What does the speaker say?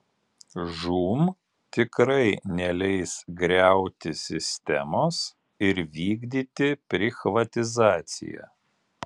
žūm tikrai neleis griauti sistemos ir vykdyti prichvatizaciją